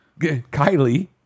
Kylie